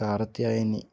Karthyayani